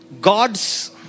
God's